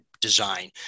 design